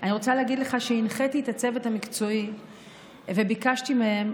אני רוצה להגיד לך שהנחיתי את הצוות המקצועי וביקשתי מהם,